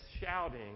shouting